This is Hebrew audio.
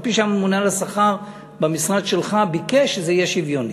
אף-על-פי שהממונה על השכר במשרד שלך ביקש שזה יהיה שוויוני,